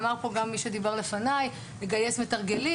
אמר פה גם מי שדיבר לפני, לגייס מתרגלים